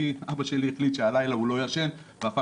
כי אבא שלי החליט שהלילה הוא לא ישן והפך